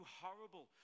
horrible